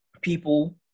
people